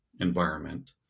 environment